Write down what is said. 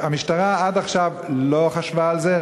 והמשטרה עד עכשיו לא חשבה על זה,